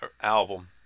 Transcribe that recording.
album